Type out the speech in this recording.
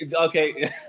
Okay